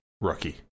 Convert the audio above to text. rookie